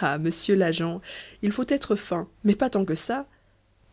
ah monsieur l'agent il faut être fin mais pas tant que ça